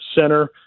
center